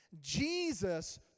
Jesus